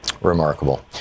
Remarkable